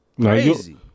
Crazy